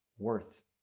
worth